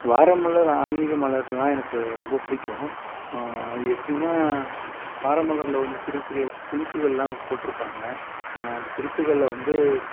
வார மலர் ஆன்மீக மலர்லாம் எனக்கு ரொம்பப் பிடிக்கும் அது எப்படின்னா வாரமலர்ல வந்து சிறிய சிறிய துணுக்குகள்லாம் போட்டிருப்பாங்க அந்த துணுக்குகள்ல வந்து